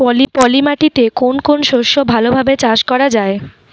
পলি মাটিতে কোন কোন শস্য ভালোভাবে চাষ করা য়ায়?